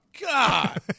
God